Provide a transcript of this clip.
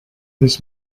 this